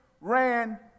ran